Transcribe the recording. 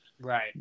Right